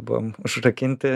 buvom užrakinti